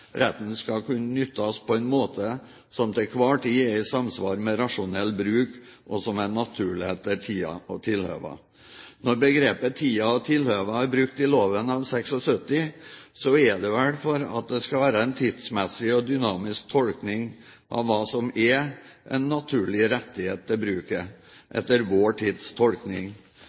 Retten skal kunne nyttast på ein måte som til kvar tid er i samsvar med rasjonell bruk, og som er naturleg etter tida og tilhøva.» Når begrepet «tida og tilhøva» er brukt i loven av 1975, er det vel for at det skal være en tidsmessig og dynamisk tolkning av hva som er en naturlig rettighet til bruket etter vår tids tolkning.